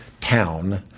town